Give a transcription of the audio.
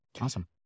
Awesome